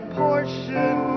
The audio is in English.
portion